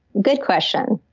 good question.